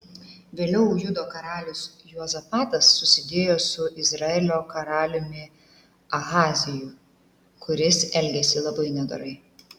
vėliau judo karalius juozapatas susidėjo su izraelio karaliumi ahaziju kuris elgėsi labai nedorai